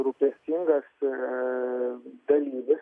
rūpestingas dalyvis